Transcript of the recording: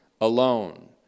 alone